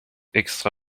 extra